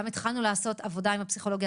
גם התחלנו לעשות עבודה עם הפסיכולוגיה